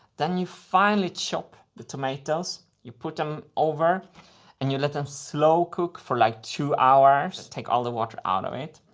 then you finely chop the tomatoes, you put them over and you let them slow cook for, like, two hours. take all the water out of it.